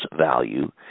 value